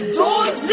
doors